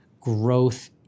growth